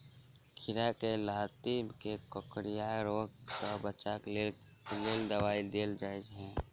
खीरा केँ लाती केँ कोकरी रोग सऽ बचाब केँ लेल केँ दवाई देल जाय छैय?